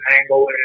angle